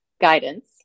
guidance